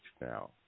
now